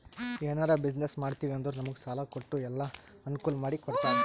ಎನಾರೇ ಬಿಸಿನ್ನೆಸ್ ಮಾಡ್ತಿವಿ ಅಂದುರ್ ನಮುಗ್ ಸಾಲಾ ಕೊಟ್ಟು ಎಲ್ಲಾ ಅನ್ಕೂಲ್ ಮಾಡಿ ಕೊಡ್ತಾರ್